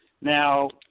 now